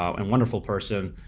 um and wonderful person.